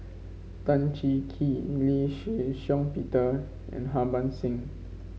Tan Cheng Kee Lee Shih Shiong Peter and Harbans Singh